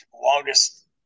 longest